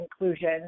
inclusion